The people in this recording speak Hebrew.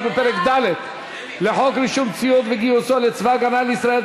בפרק ד' לחוק רישום ציוד וגיוסו לצבא הגנה לישראל,